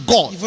God